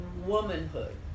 womanhood